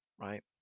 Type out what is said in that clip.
right